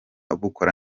bukora